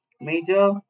major